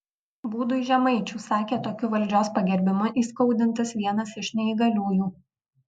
būdui žemaičių sakė tokiu valdžios pagerbimu įskaudintas vienas iš neįgaliųjų